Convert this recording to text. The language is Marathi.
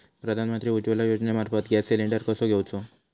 प्रधानमंत्री उज्वला योजनेमार्फत गॅस सिलिंडर कसो घेऊचो?